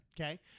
Okay